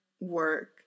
work